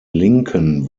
linken